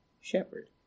shepherd